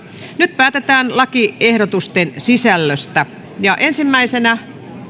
nyt päätetään lakiehdotusten sisällöstä ensimmäisenä